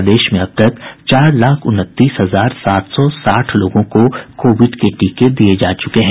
प्रदेश में अब तक चार लाख उनतीस हजार सात सौ साठ लोगों को कोविड के टीके दिये जा चुके हैं